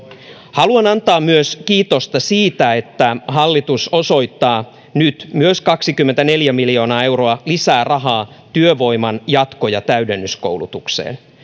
haluan antaa myös kiitosta siitä että hallitus osoittaa nyt myös kaksikymmentäneljä miljoonaa euroa lisää rahaa työvoiman jatko ja täydennyskoulutukseen